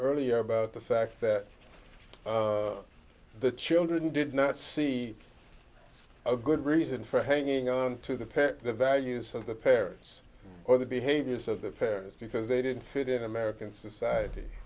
earlier about the fact that the children did not see a good reason for hanging on to the parent the values of the parents or the behaviors of the parents because they didn't fit in american society